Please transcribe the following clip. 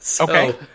Okay